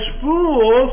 fools